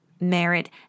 merit